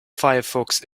firefox